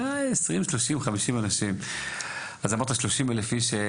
20 / 30/ 50 ובסוף יש המון.